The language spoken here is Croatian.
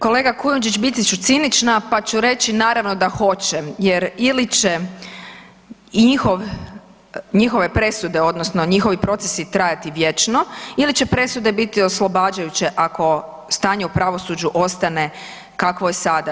Kolega Kujundžić, biti ću cinična, pa ću reći naravno da hoće jer ili će njihov, njihove presude odnosno njihovi procesi trajati vječno ili će presude biti oslobađajući ako stanje u pravosuđu ostane kakvo je sada.